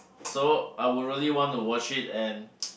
so I would really want to watch it and